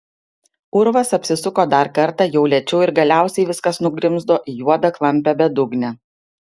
urvas apsisuko dar kartą jau lėčiau ir galiausiai viskas nugrimzdo į juodą klampią bedugnę